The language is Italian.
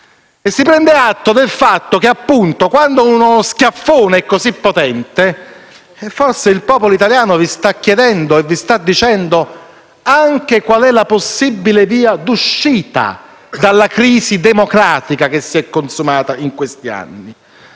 Si prende coscienza del fatto che, quando uno schiaffone è così potente, forse il popolo italiano ti sta chiedendo e indicando la possibile via di uscita dalla crisi democratica che si è consumata in questi anni.